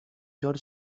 georg